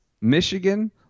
Michigan